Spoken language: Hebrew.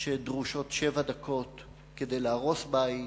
שדרושות שבע דקות כדי להרוס בית,